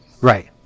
Right